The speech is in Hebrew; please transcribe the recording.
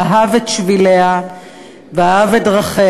אהב את שביליה ואהב את דרכיה.